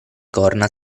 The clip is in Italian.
corna